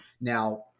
Now